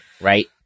Right